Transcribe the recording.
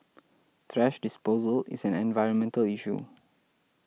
thrash disposal is an environmental issue